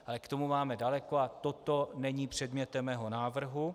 Ale k tomu máme daleko a toto není předmětem mého návrhu.